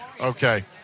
Okay